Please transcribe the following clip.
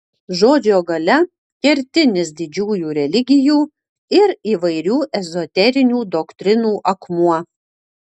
žodžio galia kertinis didžiųjų religijų ir įvairių ezoterinių doktrinų akmuo